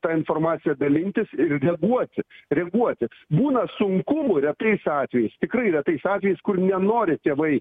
ta informacija dalintis ir reaguoti reaguoti būna sunkumų retais atvejais tikrai retais atvejais kur nenori tėvai